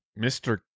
Mr